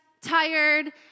tired